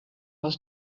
was